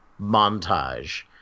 montage